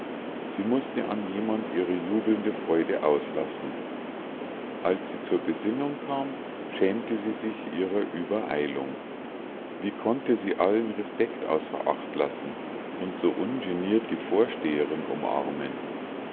sie mußte an jemand ihre jubelnde freude auslassen als sie zur besinnung kam schämte sie sich ihrer uebereilung wie konnte sie allen respekt außer acht lassen und so ungeniert die vorsteherin umarmen